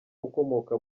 ukomoka